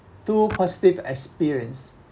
two positive experience